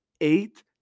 Eight